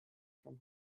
from